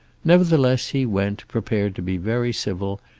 nevertheless he went, prepared to be very civil,